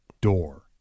door